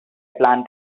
plan